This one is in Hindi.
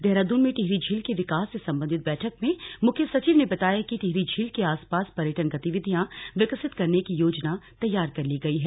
देहरादून में टिहरी झील के विकास से संबंधित बैठक में मुख्य सचिव ने बताया कि टिहरी झील के आसपास पर्यटन गतिविधियां विकसित करने की योजना तैयार कर ली गई हैं